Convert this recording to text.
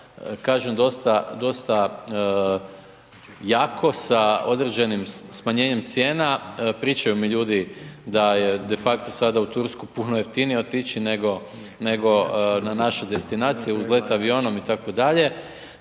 kažem, dosta jako sa određenim smanjenjem cijena. Pričaju mi ljudi da je defakto sada u Tursku puno jeftinije otići nego na našu destinaciju uz let avionom itd., tako da